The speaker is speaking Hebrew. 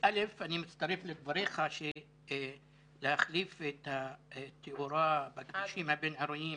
אני מצטרף לדבריך שלהחליף את התאורה בכבישים הבין-עירוניים